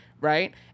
right